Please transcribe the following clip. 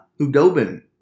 Udobin